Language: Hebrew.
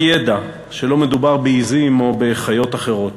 ידע שלא מדובר בעזים או בחיות אחרות.